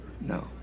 No